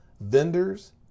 vendors